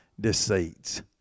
deceits